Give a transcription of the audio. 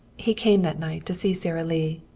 he came that night to see sara lee.